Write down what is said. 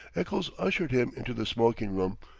eccles ushered him into the smoking-room,